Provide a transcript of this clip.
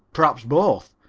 perhaps both.